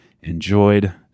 enjoyed